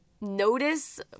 notice